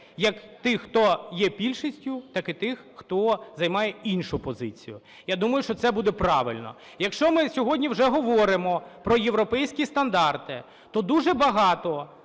як тих, хто є більшістю, так і тих, хто займає іншу позицію. Я думаю, що це буде правильно. Якщо ми сьогодні вже говоримо про європейські стандарти, то дуже багато